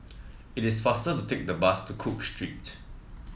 it is faster to take the bus to Cook Street